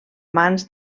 mans